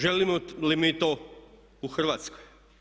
Želimo li mi to u Hrvatskoj?